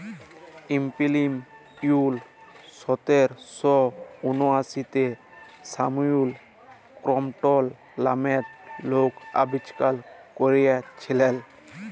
spinning mule সতের শ উনআশিতে স্যামুয়েল ক্রম্পটল লামের লক আবিষ্কার ক্যইরেছিলেল